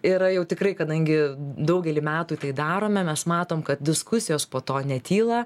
yra jau tikrai kadangi daugelį metų tai darome mes matom kad diskusijos po to netyla